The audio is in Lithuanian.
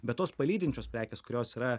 bet tos palydinčios prekės kurios yra